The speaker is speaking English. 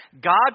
God